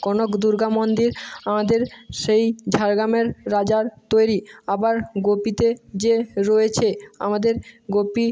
কনক দুর্গা মন্দির আমাদের সেই ঝাড়গ্রামের রাজার তৈরি আবার গোপীতে যে রয়েছে আমাদের গোপী